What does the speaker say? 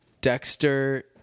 Dexter